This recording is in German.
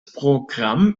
programm